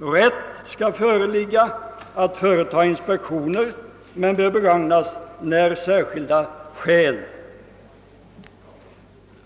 Rätt skall föreligga att företa inspektioner men den bör bara begagnas när särskilda skäl